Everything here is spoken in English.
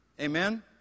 amen